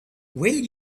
will